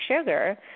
sugar